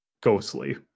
ghostly